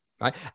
right